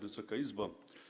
Wysoka Izbo!